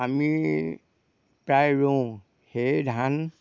আমি প্ৰায় ৰুওঁ সেই ধান